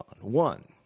One